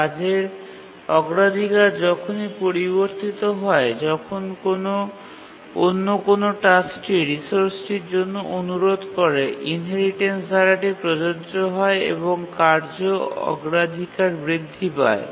কাজের অগ্রাধিকার তখনই পরিবর্তিত হয় যখন অন্য কোনও টাস্কটি রিসোর্সটির জন্য অনুরোধ করে ইনহেরিটেন্স ধারাটি প্রযোজ্য হয় এবং কার্য অগ্রাধিকার বৃদ্ধি পায়